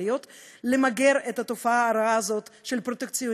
להיות הוא למגר את התופעה הרעה הזאת של פרוטקציוניזם,